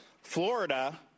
Florida—